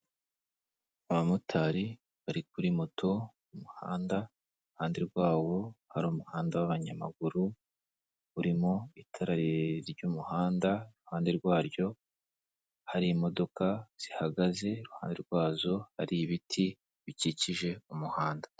Abamotari bari kuri moto mu muhanda iruhande rwabo hari umuhanda w'abanyamaguru urimo itara ry'umuhanda iruhande rwaryo hari imodoka zihagaze iruhande rwazo hari ibiti bikikije umuhanda.